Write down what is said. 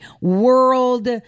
world